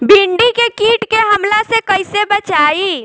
भींडी के कीट के हमला से कइसे बचाई?